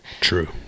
True